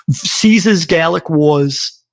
caesar's gallic wars,